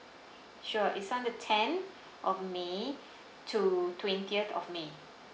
sure it's on the tenth of may to twentieth of may